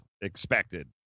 expected